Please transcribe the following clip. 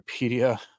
Wikipedia